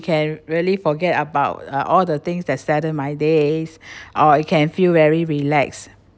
can really forget about uh all the things that sadden my days or you can feel very relax